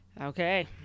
Okay